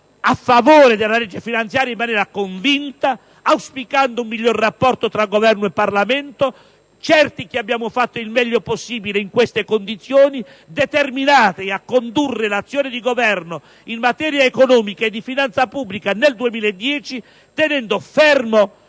a favore della legge finanziaria, auspicando un migliore rapporto tra Governo e Parlamento, certi di aver fatto il meglio possibile in queste condizioni, determinati a condurre l'azione di governo in materia economica e di finanza pubblica nel 2010 tenendo fermo